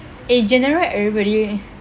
in general everybody